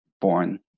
born